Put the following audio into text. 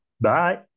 Bye